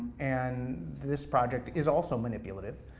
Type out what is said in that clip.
and this project is also manipulative,